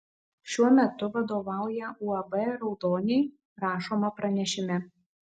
šiuo metu vadovauja uab raudoniai rašoma pranešime